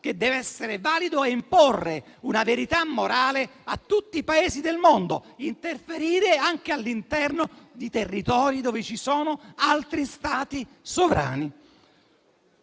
che deve essere valido e imporre una verità morale a tutti i Paesi del mondo e deve interferire anche all'interno di territori dove ci sono altri Stati sovrani.